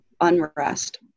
unrest